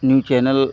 news channel